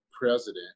president